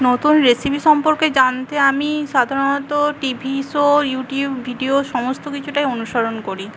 নতুন রেসিপি সম্পর্কে জানতে আমি সাধারণত টিভি শো ইউটিউব ভিডিও সমস্ত কিছুটাই অনুসরণ করি